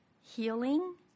healing